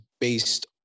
based